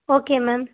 okay ma'am